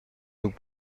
nous